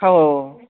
हो